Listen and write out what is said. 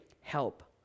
Help